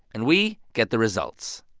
and we get the results